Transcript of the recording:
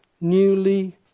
newly